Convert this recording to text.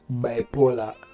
bipolar